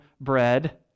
bread